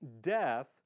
death